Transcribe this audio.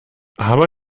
aber